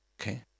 Okay